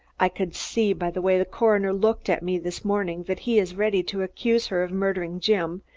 i could see by the way the coroner looked at me this morning that he is ready to accuse her of murdering jim,